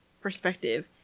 perspective